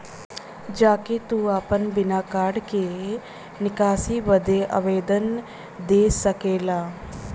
जा के तू आपन बिना कार्ड के निकासी बदे आवेदन दे सकेला